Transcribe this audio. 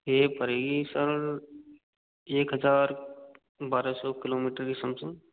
ये पड़ेगी सर एक हजार बारह सौ किलोमीटर के समथिंग